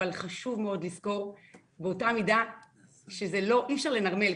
אבל חשוב מאוד לזכור באותה מידה שהיא אפשר לנרמל,